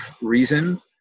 reason